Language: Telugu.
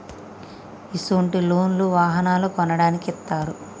ఇసొంటి లోన్లు వాహనాలను కొనడానికి ఇత్తారు